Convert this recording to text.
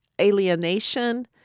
alienation